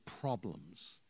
problems